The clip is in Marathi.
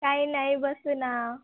काही नाही बसून आहे